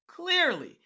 clearly